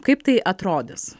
kaip tai atrodys